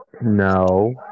No